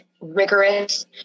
rigorous